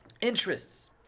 interests